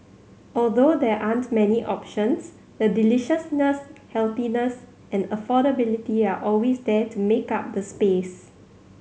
although there aren't many options the deliciousness healthiness and affordability are always there to make up the space